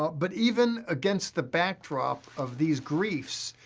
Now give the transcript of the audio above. but even against the backdrop of these griefs,